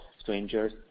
strangers